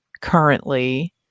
currently